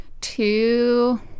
two